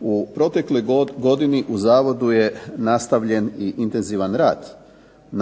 U protekloj godini u zavodu je nastavljen i intenzivan rad